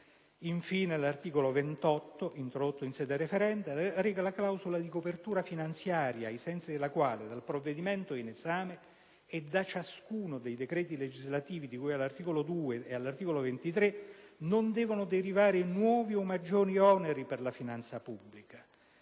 Infine, l'articolo 28, comma 4, reca la clausola di copertura finanziaria ai sensi della quale dal provvedimento in esame e da ciascuno dei decreti legislativi di cui all'articolo 2 e all'articolo 23 non devono derivare nuovi o maggiori oneri per la finanza pubblica.